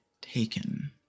taken